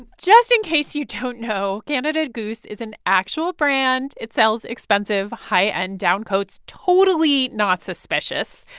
just in case you don't know, canada goose is an actual brand. it sells expensive, high-end down coats totally not suspicious.